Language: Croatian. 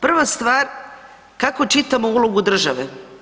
Prva stvar, kako čitamo ulogu države?